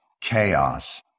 chaos